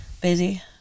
Busy